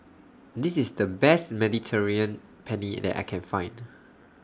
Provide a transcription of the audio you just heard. This IS The Best Mediterranean Penne that I Can Find